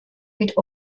mit